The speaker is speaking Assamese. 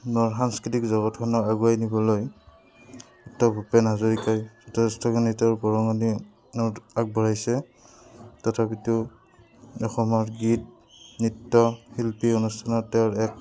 সাংস্কৃতিক জগতখনৰ আগুৱাই নিবলৈ ডক্তৰ ভূপেন হাজৰিকাই যথেষ্টখিনি তেওঁৰ বৰঙণি আগবঢ়াইছে তথাপিতো অসমৰ গীত নৃত্য শিল্পী অনুষ্ঠানত তেওঁৰ এক